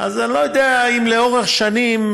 אז אני לא יודע אם לאורך שנים,